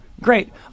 Great